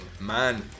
Man